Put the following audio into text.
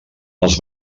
els